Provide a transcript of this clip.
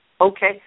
Okay